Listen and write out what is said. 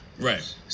Right